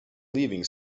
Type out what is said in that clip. leaving